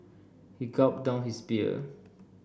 he gulped down his beer